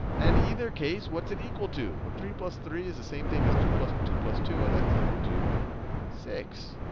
and in either case, what's it equal to? well, three plus three is the same thing as two plus two plus two, and that's equal to six.